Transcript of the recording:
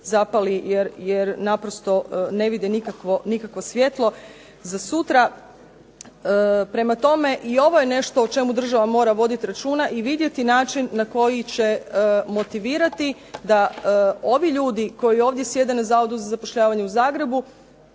zapali jer naprosto ne vide nikakvo svjetlo za sutra. Prema tome, i ovo je nešto o čemu država mora voditi računa i vidjeti način na koji će motivirati da ovi ljudi koji sjede na Zavodu za zapošljavanje u Zagrebu